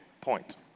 point